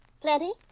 Plenty